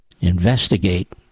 investigate